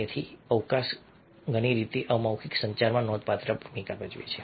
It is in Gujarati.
તેથી અવકાશ ઘણી રીતે અમૌખિક સંચારમાં નોંધપાત્ર ભૂમિકા ભજવે છે